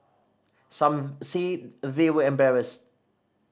some said they were embarrassed